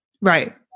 Right